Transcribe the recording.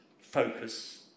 focus